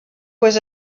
was